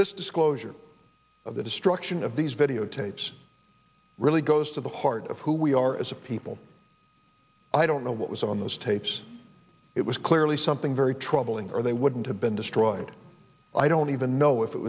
this disclosure of the destroyed ssion of these videotapes really goes to the heart of who we are as a people i don't know what was on those tapes it was clearly something very troubling or they wouldn't have been destroyed i don't even know if it